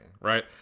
Right